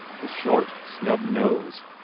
the short snub nose,